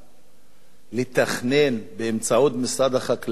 לתכנן באמצעות משרד החקלאות שלה,